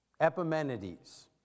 Epimenides